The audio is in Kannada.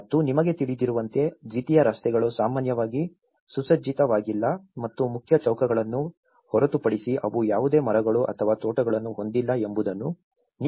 ಮತ್ತು ನಿಮಗೆ ತಿಳಿದಿರುವಂತೆ ದ್ವಿತೀಯ ರಸ್ತೆಗಳು ಸಾಮಾನ್ಯವಾಗಿ ಸುಸಜ್ಜಿತವಾಗಿಲ್ಲ ಮತ್ತು ಮುಖ್ಯ ಚೌಕಗಳನ್ನು ಹೊರತುಪಡಿಸಿ ಅವು ಯಾವುದೇ ಮರಗಳು ಅಥವಾ ತೋಟಗಳನ್ನು ಹೊಂದಿಲ್ಲ ಎಂಬುದನ್ನು ನೀವು ನೋಡಬಹುದು